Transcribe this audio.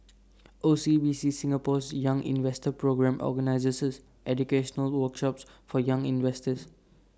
O C B C Singapore's young investor programme organizes educational workshops for young investors